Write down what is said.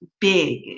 big